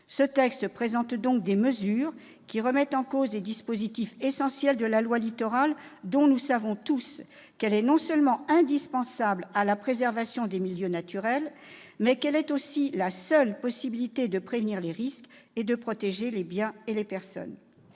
Ce texte comporte donc des mesures qui remettent en cause des dispositifs essentiels de la loi Littoral ; or nous savons tous non seulement qu'elle est indispensable à la préservation des milieux naturels, mais encore qu'elle constitue la seule possibilité de prévenir les risques et de protéger les biens et les personnes.